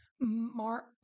mark